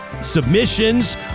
Submissions